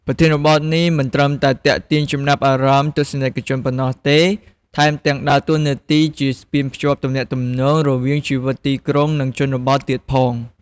ប្រធានបទនេះមិនត្រឹមតែទាក់ទាញចំណាប់អារម្មណ៍ទស្សនិកជនប៉ុណ្ណោះទេ ថែមទាំងដើរតួនាទីជាស្ពានភ្ជាប់ទំនាក់ទំនងរវាងជីវិតទីក្រុង និងជនបទទៀតផង។